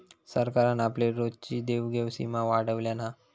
सरकारान आपली रोजची देवघेव सीमा वाढयल्यान हा